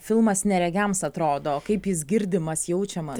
filmas neregiams atrodo kaip jis girdimas jaučiamas